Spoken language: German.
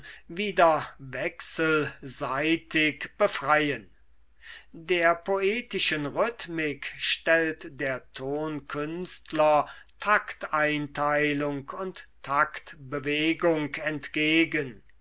wieder wechselseitig befreien der poetischen rhythmik stellt der tonkünstler takteinteilung und taktbewegung entgegen